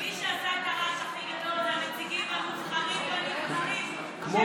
מי שעשה את הרעש הכי גדול זה הנציגים המובחרים והנבחרים של סיעת ש"ס.